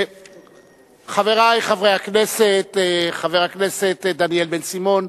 חברי חברי הכנסת, חבר הכנסת דניאל בן-סימון,